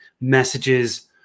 messages